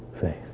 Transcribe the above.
faith